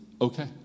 okay